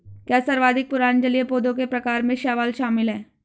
क्या सर्वाधिक पुराने जलीय पौधों के प्रकार में शैवाल शामिल है?